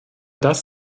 das